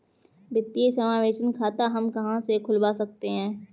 वित्तीय समावेशन खाता हम कहां से खुलवा सकते हैं?